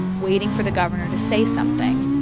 waiting for the governor to say something